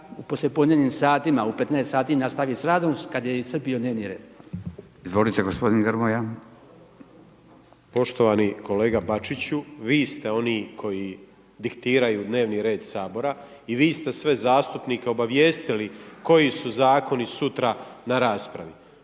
poslijepodnevnim satima, u 15 sati nastavi s radom kad je iscrpio dnevni red. **Radin, Furio (Nezavisni)** Izvolite, g. Grmoja. **Grmoja, Nikola (MOST)** Poštovani kolega Bačiću, vi ste oni koji diktiraju dnevni red Sabora i vi ste sve zastupnike obavijestili koji su zakoni sutra na raspravi.